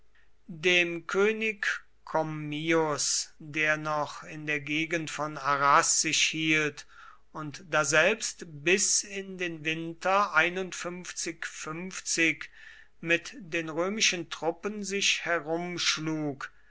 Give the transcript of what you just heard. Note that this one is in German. dem könig commius der noch in der gegend von arras sich hielt und daselbst bis in den winter mit den römischen truppen sich herumschlug